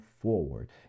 forward